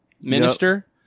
minister